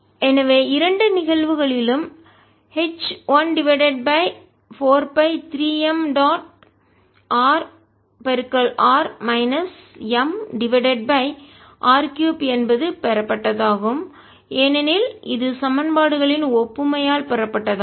எனவே இரண்டு நிகழ்வுகளிலும் H 1 divided by 4 by 3 m dot r r minus m divided by r 3 என்பது பெறப்பட்டதாகும் ஏனெனில் இது சமன்பாடுகளின் ஒப்புமை ஆல் பெறப்பட்டதாகும்